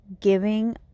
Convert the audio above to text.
giving